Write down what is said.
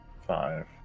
five